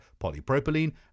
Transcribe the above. polypropylene